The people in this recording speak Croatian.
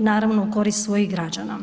naravno u korist svojih građana.